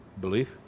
belief